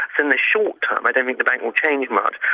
and the short term, i don't think the bank will change much.